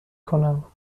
کنم